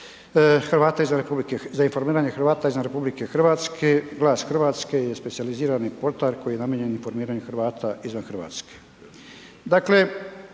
za informiranje Hrvata izvan RH „Glas Hrvatske“ je specijalizirani portal koji je namijenjen informiranju Hrvata izvan RH.